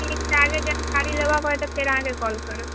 ठीक छै आगे जानकारी लेबऽ के होयत तऽ फेर अहाँके कोल करब